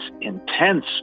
intense